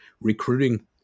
recruiting